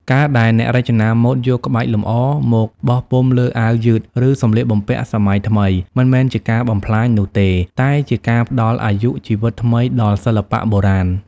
ការដែលអ្នករចនាម៉ូដយក ក្បាច់លម្អ មកបោះពុម្ពលើអាវយឺត ឬសម្លៀកបំពាក់សម័យថ្មី មិនមែនជាការបំផ្លាញនោះទេ តែជាការផ្តល់អាយុជីវិតថ្មីដល់សិល្បៈបុរាណ។